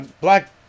black